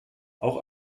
auch